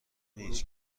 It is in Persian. نیست